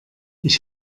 ich